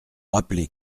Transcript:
rappeler